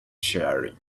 sharing